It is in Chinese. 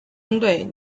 针对